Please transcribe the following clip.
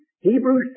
Hebrews